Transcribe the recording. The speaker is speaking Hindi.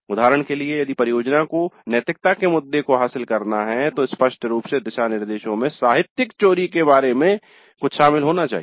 उदाहरण के लिए यदि परियोजना को नैतिकता के मुद्दे को हासिल करना है तो स्पष्ट रूप से दिशानिर्देशों में साहित्यिक चोरी के बारे में कुछ शामिल होना चाहिए